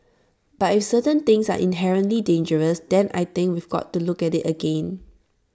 but if certain things are inherently dangerous then I think we have got to look at IT again